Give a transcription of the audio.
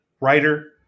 writer